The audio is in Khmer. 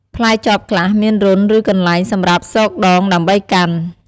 ផ្លែចបខ្លះមានរន្ធ ឬកន្លែងសម្រាប់ស៊កដងដើម្បីកាន់។